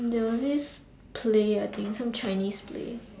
there was this play I think some Chinese play